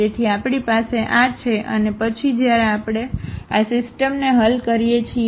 તેથી આપણી પાસે આ છે અને પછી જ્યારે આપણે આ સિસ્ટમને હલ કરીએ છીએ